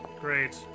great